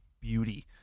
Beauty